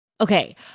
Okay